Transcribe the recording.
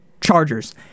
Chargers